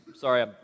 Sorry